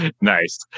Nice